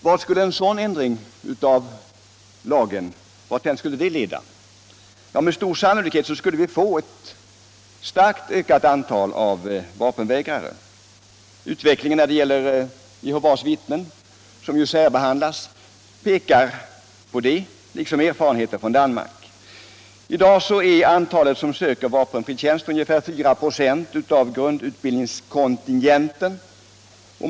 Varthän skulle en sådan ordning leda? Med all sannolikhet skulle antalet vapenvägrare öka kraftigt. Utvecklingen när det gäller Jehovas vittnen, som ju särbehandlas, pekar i den riktningen, och det gör även erfarenheterna från Danmark. I dag utgör de som söker vapenfri tjänst ungefär 4 96 av grundutbildningskontingenten.